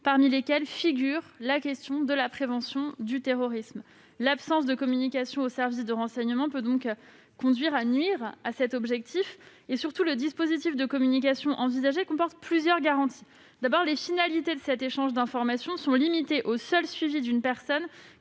dans lequel figure la question de la prévention du terrorisme. L'absence de communication aux services de renseignement pourrait conduire à nuire à cet objectif. Surtout, le dispositif de communication envisagé comporte plusieurs garanties. Tout d'abord, les finalités de cet échange d'informations sont limitées au seul sujet d'une personne